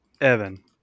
Evan